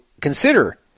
consider